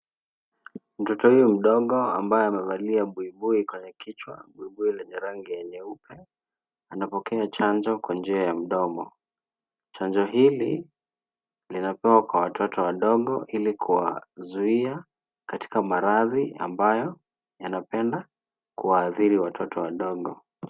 Mtoto huyu mdogo ambaye amevalia buibui kwenye kichwa, buibui lenye rangi ya nyeupe. Anapokea chanjo kwa njia ya mdomo, chanjo hili linapewa kwa watoto wadogo ili kuwazuia katika maradhi ambayo yanapenda kuadhiri watoto wadogo.